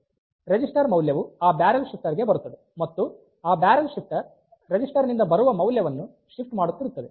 register ಮೌಲ್ಯವು ಆ barrel shifter ಗೆ ಬರುತ್ತದೆ ಮತ್ತು ಆ ಬ್ಯಾರೆಲ್ ಶಿಫ್ಟರ್ ರಿಜಿಸ್ಟರ್ ನಿಂದ ಬರುವ ಮೌಲ್ಯವನ್ನು ಶಿಫ್ಟ್ ಮಾಡುತ್ತಿರುತ್ತದೆ